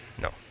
No